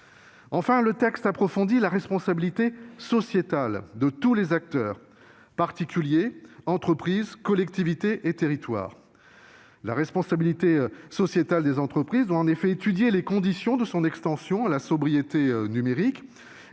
Enfin, le texte approfondit la responsabilité sociétale de tous les acteurs : particuliers, entreprises, collectivités et territoires. La responsabilité sociétale des entreprises doit en effet étudier les conditions de son extension à la sobriété numérique